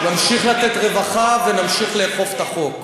נמשיך לתת רווחה ונמשיך לאכוף את החוק.